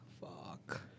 Fuck